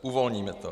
Uvolníme to.